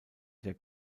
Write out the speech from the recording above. der